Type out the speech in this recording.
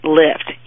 lift